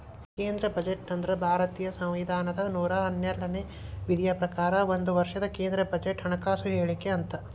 ಕೇಂದ್ರ ಬಜೆಟ್ ಅಂದ್ರ ಭಾರತೇಯ ಸಂವಿಧಾನದ ನೂರಾ ಹನ್ನೆರಡನೇ ವಿಧಿಯ ಪ್ರಕಾರ ಒಂದ ವರ್ಷದ ಕೇಂದ್ರ ಬಜೆಟ್ ಹಣಕಾಸು ಹೇಳಿಕೆ ಅಂತ